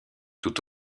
tout